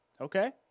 Okay